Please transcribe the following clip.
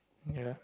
ya